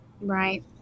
Right